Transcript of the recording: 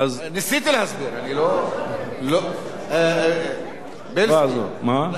ניסיתי להסביר, אני לא, אז עכשיו הוא יבין.